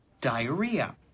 diarrhea